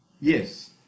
Yes